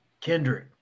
Kendrick